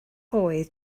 oedd